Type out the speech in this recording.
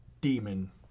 demon